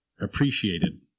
appreciated